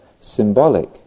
symbolic